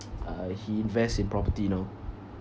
uh he invest in property know